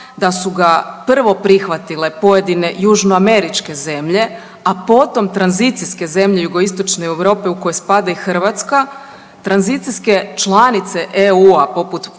Da su ga prvo prihvatile pojedine južnoameričke zemlje, a potom tranzicijske zemlje jugoistočne Europe u koje spada i Hrvatska, tranzicijske članice EU poput Poljske,